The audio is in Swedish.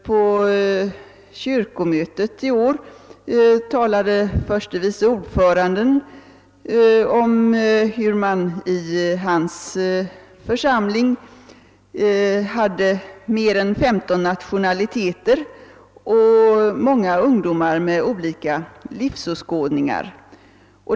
På kyrkomötet i år talade förste vice ordföranden om hur man i hans församling hade mer än femton nationaliteter och många ungdomar med olika livsåskådningar.